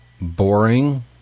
boring